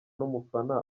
n’umufana